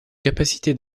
capacité